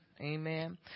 amen